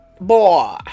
boy